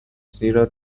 زیرا